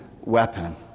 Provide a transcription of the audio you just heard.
weapon